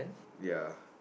ya